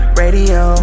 radio